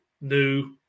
new